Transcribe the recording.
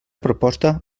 proposta